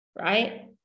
right